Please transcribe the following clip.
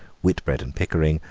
whitbread and pickering,